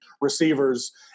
receivers